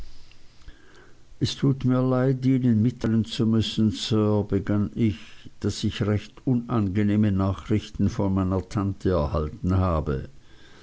es tut mir leid ihnen mitteilen zu müssen sir begann ich daß ich recht unangenehme nachrichten von meiner tante erhalten habe